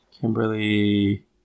Kimberly